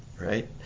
right